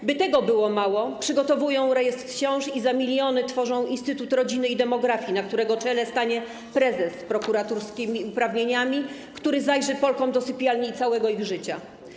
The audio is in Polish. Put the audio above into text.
Jakby tego było mało, przygotowują rejestr ciąż i za miliony tworzą Instytut Rodziny i Demografii, na którego czele stanie prezes z prokuratorskimi uprawnieniami, który zajrzy Polkom do sypialni i całego ich życia.